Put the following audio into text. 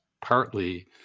partly